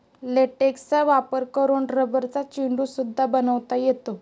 लेटेक्सचा वापर करून रबरचा चेंडू सुद्धा बनवता येतो